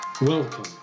welcome